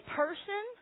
person